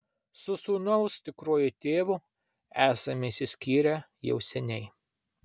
su sūnaus tikruoju tėvu esame išsiskyrę jau seniai